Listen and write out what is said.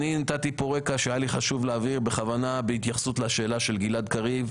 נתתי רקע שהיה לי חשוב להבהיר בהתייחסות לשאלה של גלעד קריב.